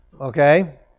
okay